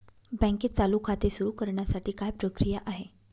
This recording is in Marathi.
बँकेत चालू खाते सुरु करण्यासाठी काय प्रक्रिया आहे?